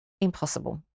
impossible